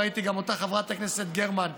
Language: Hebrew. ראיתי גם אותך, חברת הכנסת גרמן,